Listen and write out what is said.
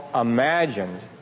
imagined